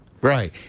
Right